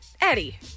Eddie